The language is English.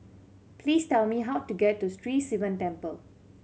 please tell me how to get to Sri Sivan Temple